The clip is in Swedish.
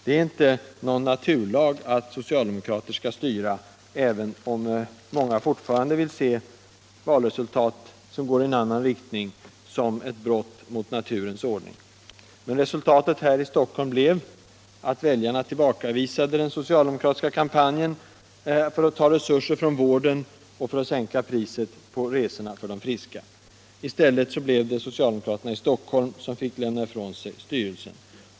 Det är inte någon naturlag att socialdemokrater skall styra, även om många fortfarande vill se valresultat som går i annan riktning som brott mot naturens ordning. Resultatet blev att väljarna tillbakavisade den socialdemokratiska kampanjen för att ta resurser från vården för att sänka resekostnaderna för de friska. Det blev i stället socialdemokraterna i Stockholms kommun som fick lämna ifrån sig styrelsen.